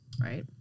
right